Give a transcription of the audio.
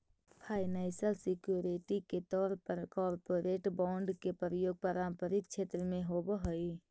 financial security के तौर पर कॉरपोरेट बॉन्ड के प्रयोग व्यापारिक क्षेत्र में होवऽ हई